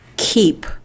Keep